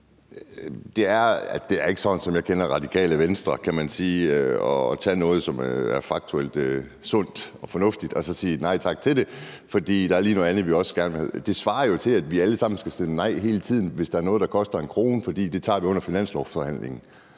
Det er ikke sådan, jeg kender det i Radikale Venstre, nemlig at tage noget, som er faktuelt sundt og fornuftigt, og så sige nej tak til det. For der er lige noget andet, vi også gerne vil have. Det svarer jo til, at vi alle sammen skal stemme nej hele tiden, hvis der er noget, der koster en krone, fordi det tager vi under finanslovsforhandlingen.